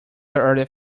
other